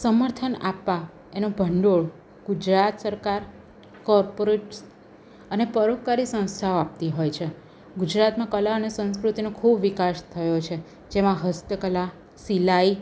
સમર્થન આપવા એનો ભંડોળ ગુજરાત સરકાર કોર્પોરેટ્સ અને પરોપકારી સંસ્થાઓ આપતી હોય છે ગુજરાતમાં કલા અને સંસ્કૃતિનો ખૂબ વિકાસ થયો છે જેમાં હસ્તકલા સિલાઈ